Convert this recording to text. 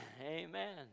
Amen